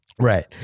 Right